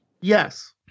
Yes